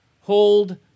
hold